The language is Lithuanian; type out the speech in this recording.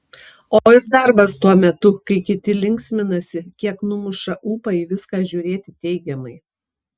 o ir darbas tuo metu kai kiti linksminasi kiek numuša ūpą į viską žiūrėti teigiamai